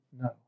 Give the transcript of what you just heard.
No